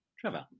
Trevor